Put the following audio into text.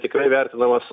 tikrai vertinamas